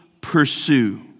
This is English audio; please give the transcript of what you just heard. pursue